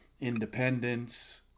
independence